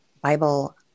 Bible